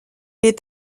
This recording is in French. est